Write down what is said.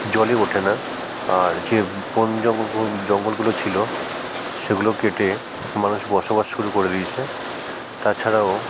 জলই ওঠে না আর যে বন জঙ্গলগুলো ছিলো সেগুলো কেটে মানুষ বসবাস শুরু করে দিয়েছে তাছাড়াও